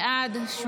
בבקשה.